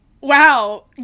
wow